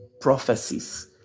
prophecies